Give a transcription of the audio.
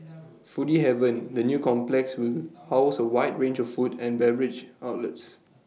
foodie haven the new complex will house A wide range of food and beverage outlets